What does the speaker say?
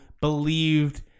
believed